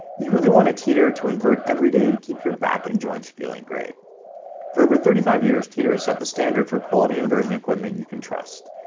you really want to teeter to invert every day to keep your back and joints feeling great for over thirty five years, teeter has set the standard for quality inversion equipment you can trust.